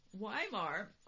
Weimar